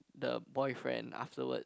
the boyfriend afterward